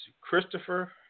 Christopher